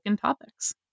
topics